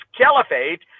caliphate